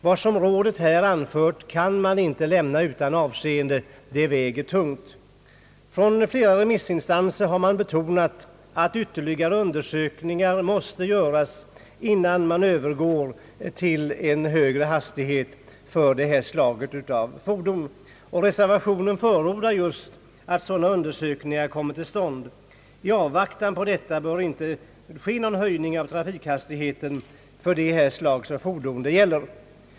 Vad rådet anfört kan man inte lämna utan avseende. Det väger tungt. Flera remissinstanser har betonat att ytterligare undersökningar måste göras, innan man övergår till högre hastigheter för ifrågavarande slag av fordon. Reservationen förordar just att sådana undersökningar kommer till stånd. I avvaktan på detta bör inte någon höjning av trafikhastigheten medges för det slag av fordon det här gäller.